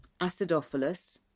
acidophilus